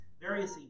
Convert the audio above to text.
various